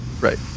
Right